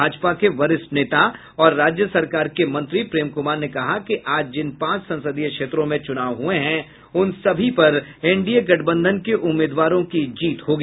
भाजपा के वरिष्ठ नेता और राज्य सरकार के मंत्री प्रेम कुमार ने कहा कि आज जिन पांच संसदीय क्षेत्रों में चुनाव हुए हैं उन सभी पर एनडीए गठबंधन के उम्मीदवारों की जीत होगी